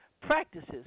practices